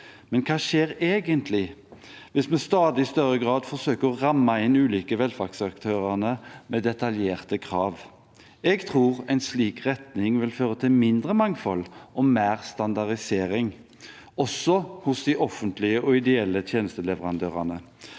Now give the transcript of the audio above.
men hva skjer egentlig hvis vi i stadig større grad forsøker å ramme inn de ulike velferdsaktørene med detaljerte krav? Jeg tror en slik retning vil føre til mindre mangfold og mer standardisering, også hos de offentlige og ideelle tjenesteleverandørene